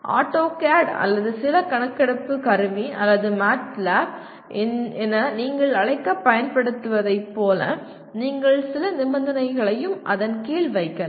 AutoCAD அல்லது சில கணக்கெடுப்பு கருவி அல்லது மேட்லாப் என நீங்கள் அழைக்கப் பயன்படுத்துவதைப் போல நீங்கள் சில நிபந்தனைகளையும் அதன் கீழ் வைக்கலாம்